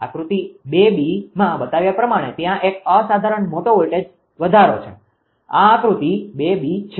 આકૃતિ 2માં બતાવ્યા પ્રમાણે ત્યાં એક અસાધારણ મોટો વોલ્ટેજ વધારો છે આ આકૃતિ 2 છે